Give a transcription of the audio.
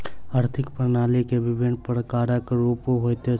आर्थिक प्रणाली के विभिन्न प्रकारक रूप होइत अछि